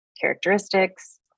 characteristics